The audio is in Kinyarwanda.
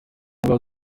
ngaho